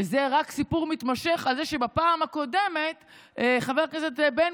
וזה רק סיפור מתמשך על זה שבפעם הקודמת חבר הכנסת בן